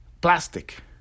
plastic